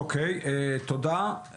אוקיי, תודה.